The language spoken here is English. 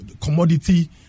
commodity